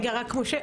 רגע, משה.